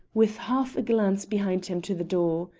with half a glance behind him to the door.